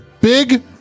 Big